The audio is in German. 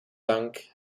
bank